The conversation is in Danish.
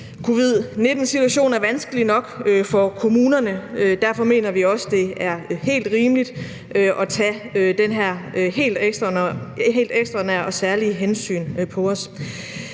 Covid-19-situationen er vanskelig nok for kommunerne, og derfor mener vi også, det er helt rimeligt at tage det her helt ekstraordinære og særlige hensyn.